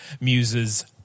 Muses